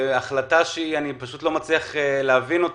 ובהחלטה שאני לא מצליח להבין,